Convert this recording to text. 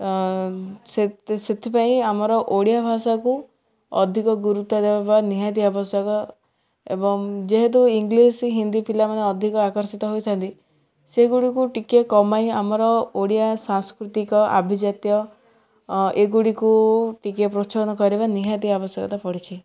ସେ ସେଥିପାଇଁ ଆମର ଓଡ଼ିଆ ଭାଷାକୁ ଅଧିକ ଗୁରୁତ୍ୱ ଦେବା ନିହାତି ଆବଶ୍ୟକ ଏବଂ ଯେହେତୁ ଇଂଲିଶ ହିନ୍ଦୀ ପିଲାମାନେ ଅଧିକ ଆକର୍ଷିତ ହୋଇଥାନ୍ତି ସେଗୁଡ଼ିକୁ ଟିକେ କମାଇ ଆମର ଓଡ଼ିଆ ସାଂସ୍କୃତିକ ଆଭିଜାତୀୟ ଏଗୁଡ଼ିକୁ ଟିକେ ପ୍ରୋତ୍ସାହନ କରିବା ନିହାତି ଆବଶ୍ୟକତା ପଡ଼ିଛି